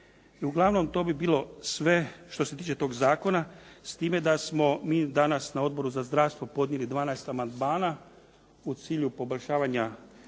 I uglavnom to bi bilo sve što se tiče ovog zakona. S time da smo mi danas na Odboru za zdravstvo podnijeli 12 amandmana u cilju poboljšavanja